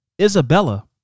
Isabella